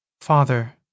Father